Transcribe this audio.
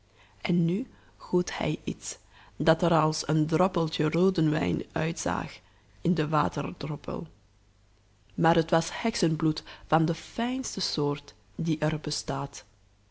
en nu goot hij iets dat er als een droppeltje rooden wijn uitzag in de waterdroppel maar het was heksenbloed van de fijnste soort die er bestaat